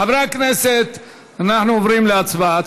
חברי הכנסת, אנחנו עוברים להצבעה.